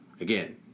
again